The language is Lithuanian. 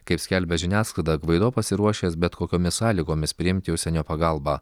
kaip skelbia žiniasklaida gvaido pasiruošęs bet kokiomis sąlygomis priimti užsienio pagalbą